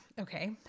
Okay